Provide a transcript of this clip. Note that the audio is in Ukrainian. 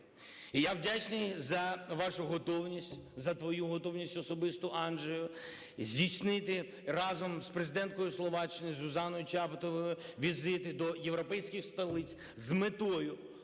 І я вдячний за вашу готовність, за твою готовність особисту, Анджей, здійснити разом з Президенткою Словаччини Зузаною Чапутовою візити до європейських столиць з метою